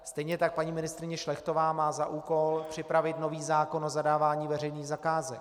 Stejně tak paní ministryně Šlechtová má za úkol připravit nový zákon o zadávání veřejných zakázek.